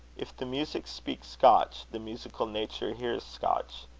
if the music speaks scotch, the musical nature hears scotch.